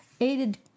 aided